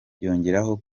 yongeraho